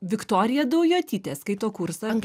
viktorija daujotytė skaito kursą